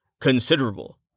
Considerable